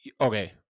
okay